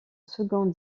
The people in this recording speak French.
second